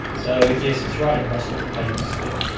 so yes, it's right across all the papers still.